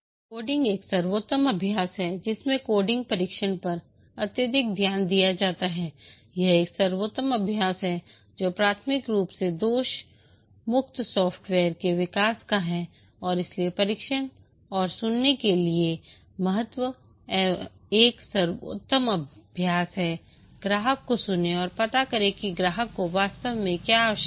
coding एक सर्वोत्तम अभ्यास है जिसमें कोडिंग परीक्षण पर अत्यधिक ध्यान दिया जाता है यह एक सर्वोत्तम अभ्यास है जो प्राथमिक रूप से दोष मुक्त सॉफ्टवेयर के विकास का है और इसलिए परीक्षण और सुनने के लिए महत्व एक सर्वोत्तम अभ्यास है ग्राहक को सुनें और पता करें कि ग्राहक को वास्तव में क्या आवश्यक है